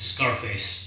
Scarface